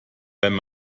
wenn